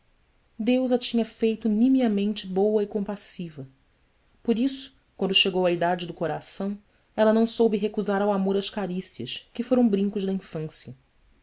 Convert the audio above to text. deus a tinha feito nimiamente boa e compassiva por isso quando chegou a idade do coração ela não soube recusar ao amor as carícias que foram brincos da infância